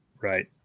Right